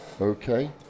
Okay